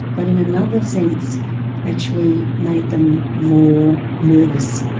but in another sense actually made them more nervous,